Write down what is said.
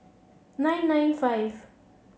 nine nine five